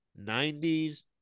90s